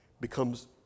becomes